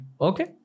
Okay